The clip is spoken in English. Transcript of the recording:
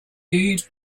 booed